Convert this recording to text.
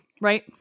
right